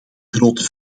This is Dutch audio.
grote